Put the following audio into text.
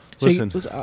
Listen